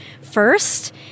first